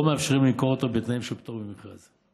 מאפשרים למכור אותו בתנאים של פטור ממכרז.